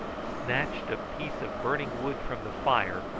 snatched a piece of burning wood from the fire,